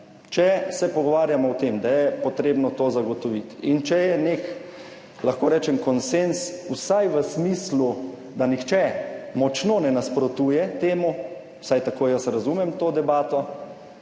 Če se pogovarjamo o tem, da je potrebno to zagotoviti in če je nek, lahko rečem, konsenz vsaj v smislu, da nihče močno ne nasprotuje temu, vsaj tako jaz razumem to debato,